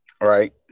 right